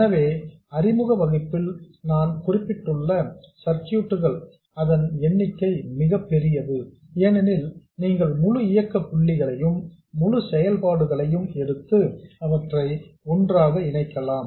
எனவே அறிமுக வகுப்பில் நான் குறிப்பிட்டுள்ள சர்க்யூட்டுகள் அதன் எண்ணிக்கை மிகப் பெரியது ஏனெனில் நீங்கள் முழு இயக்க புள்ளிகளையும் முழு செயல்பாடுகளையும் எடுத்து அவற்றை ஒன்றாக இணைக்கலாம்